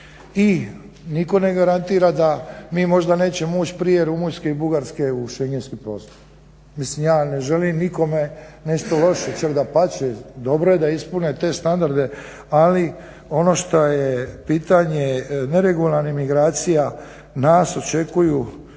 i nitko ne garantira da mi možda nećemo ući prije Rumunjske i Bugarske u šengenski prostor. Mislim ja ne želim nikome ništa loše, čak dapače, dobro je da ispune te standarde ali ono što je pitanje neregularnih migracija, nas očekuju